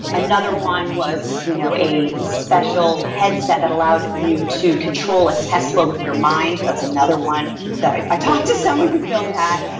another one was you know a special headset allowed you to control a tesla with your mind, that's another one that i i talked to someone who built that.